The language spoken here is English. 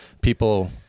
people